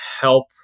help